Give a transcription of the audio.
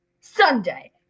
Sunday